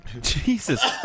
Jesus